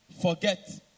forget